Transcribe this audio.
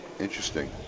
Interesting